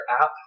app